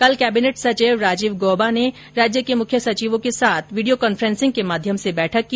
कल केबिनेट सचिव राजीव गोबा ने राज्यों के मुख्य सचिवों के साथ वीडियो कांफ्रेंसिंग के माध्यम से बैठक की